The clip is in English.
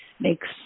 makes